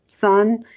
son